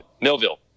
Millville